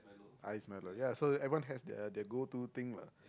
ice milo ya so everyone has their their go to thing lah